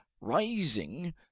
rising